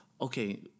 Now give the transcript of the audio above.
okay